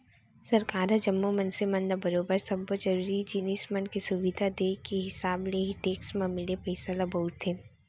सरकार ह जम्मो मनसे मन ल बरोबर सब्बो जरुरी जिनिस मन के सुबिधा देय के हिसाब ले ही टेक्स म मिले पइसा ल बउरथे